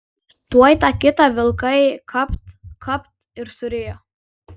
tuoj tą kitą vilkai kapt kapt ir surijo